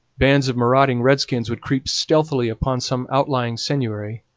bands of marauding redskins would creep stealthily upon some outlying seigneury,